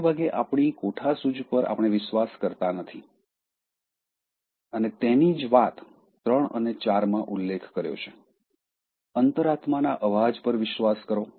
મોટેભાગે આપણી કોઠાસૂઝ પર આપણે વિશ્વાસ કરતા નથી અને તેની જ વાત ૩ અને ૪ માં ઉલ્લેખ કર્યો છે અંતરાત્માના અવાજ પર વિશ્વાસ કરો